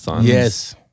Yes